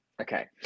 Okay